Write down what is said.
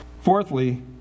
Fourthly